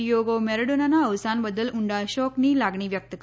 ડિચેગો મેરાડોનાના અવસાન બદલ ઊંડા શોકની લાગણી વ્યક્ત કરી છે